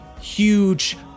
huge